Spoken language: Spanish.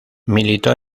militó